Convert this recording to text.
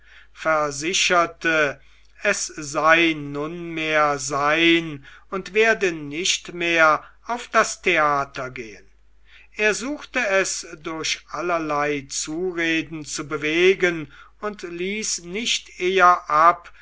versicherte es sei nunmehr sein und werde nicht mehr auf das theater gehen er suchte es durch allerlei zureden zu bewegen und ließ nicht eher ab